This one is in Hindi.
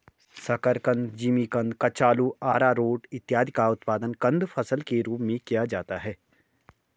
शकरकंद, जिमीकंद, कचालू, आरारोट इत्यादि का उत्पादन कंद फसल के रूप में किया जाता है